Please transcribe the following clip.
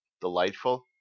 delightful